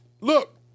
Look